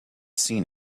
seen